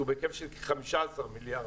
שהוא בהיקף של כ-15 מיליארד,